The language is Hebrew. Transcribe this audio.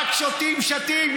רק שוטים שטים.